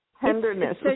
tenderness